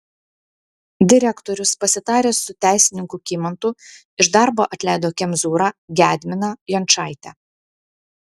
direktorius pasitaręs su teisininku kymantu iš darbo atleido kemzūrą gedminą jončaitę